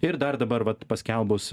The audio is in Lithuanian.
ir dar dabar vat paskelbus